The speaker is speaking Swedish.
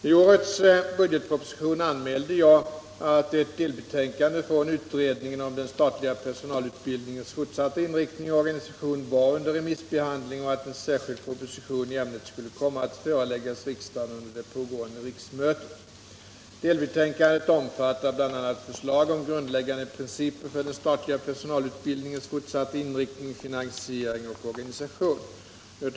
I årets budgetproposition anmälde jag att ett delbetänkande från utredningen om den statliga personalutbildningens fortsatta inriktning och organisation var under remissbehandling och att en särskild proposition i ämnet skulle komma att föreläggas riksdagen under det pågående riksmötet. Delbetänkandet omfattar bl.a. förslag om grundläggande principer för den statliga personalutbildningens fortsatta inriktning, finansiering och organisation.